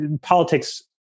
politics